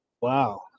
Wow